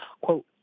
quote